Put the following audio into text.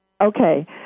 Okay